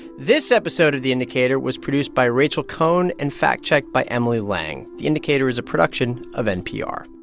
this episode of the indicator was produced by rachel cohn and fact-checked by emily lang. the indicator is a production of npr